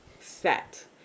set